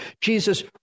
Jesus